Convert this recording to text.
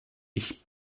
ich